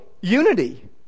unity